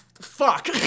fuck